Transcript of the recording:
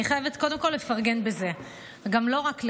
אני חייבת קודם כול לפרגן בזה, לא רק לך.